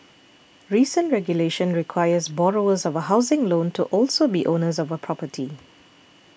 recent regulation requires borrowers of a housing loan to also be owners of a property